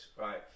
Right